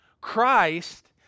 Christ